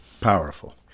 Powerful